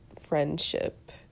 friendship